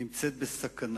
זבולון אורלב,